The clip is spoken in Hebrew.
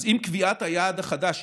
עם קביעת היעד החדש,